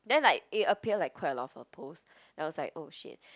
then like it appear like quite a lot of her post then I was like oh shit